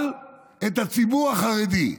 אבל את הציבור החרדי,